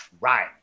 right